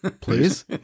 Please